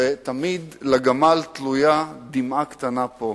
ותמיד לגמל תלויה דמעה קטנה פה.